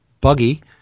buggy